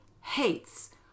hates